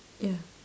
ya